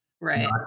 right